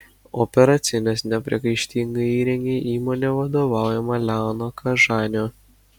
operacines nepriekaištingai įrengė įmonė vadovaujama leono kažanio